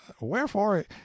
wherefore